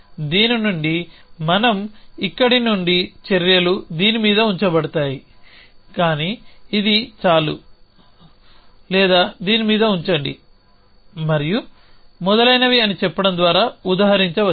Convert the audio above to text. దీని నుండి మనం ఇక్కడ నుండి చర్యలు దీని మీద ఉంచబడతాయి గాని ఇది చాలు లేదా దీని మీద ఉంచండి మరియు మొదలైనవి అని చెప్పడం ద్వారా ఉదహరించవచ్చు